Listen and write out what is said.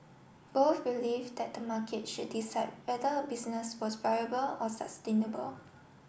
both believed the market should decide whether a business was viable or sustainable